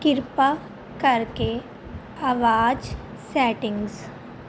ਕਿਰਪਾ ਕਰਕੇ ਆਵਾਜ਼ ਸੈਟਿੰਗਸ